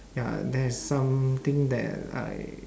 ya that is something that I